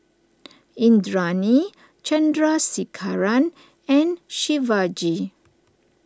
Indranee Chandrasekaran and Shivaji